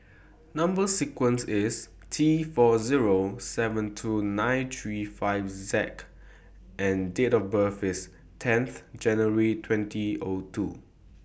Number sequence IS T four Zero seven two nine three five Z and Date of birth IS tenth January twenty O two